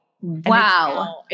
Wow